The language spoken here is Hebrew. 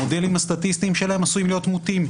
המודלים הסטטיסטיים שלהם עשויים להיות מוטים,